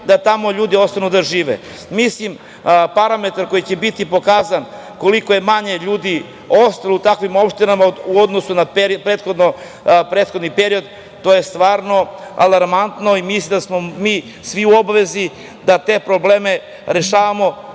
da tamo ljudi ostanu da žive. Parametar koji će pokazati koliko je manje ljudi ostalo u takvim opštinama u odnosu na prethodni period je alarmantan i mislim da smo svi u obavezi da te probleme rešavamo